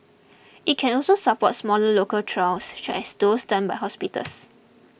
it can also support smaller local trials such as those done by hospitals